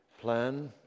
plan